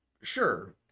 Sure